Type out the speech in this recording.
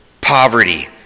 poverty